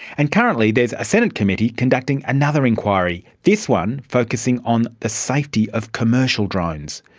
and currently there is a senate committee conducting another inquiry, this one focusing on the safety of commercial drones.